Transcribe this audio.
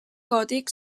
gòtic